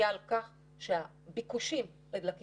כל הנתונים שאני אומרת מבוססים על דברים